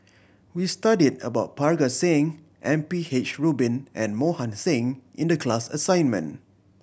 we studied about Parga Singh M P H Rubin and Mohan Singh in the class assignment